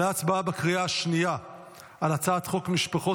אנחנו עוברים להצבעה בקריאה השנייה על הצעת חוק משפחות